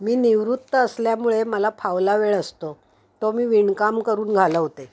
मी निवृत्त असल्यामुळे मला फावला वेळ असतो तो मी विणकाम करून घालवते